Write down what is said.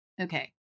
okay